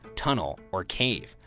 tunnel, or cave,